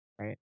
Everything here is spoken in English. right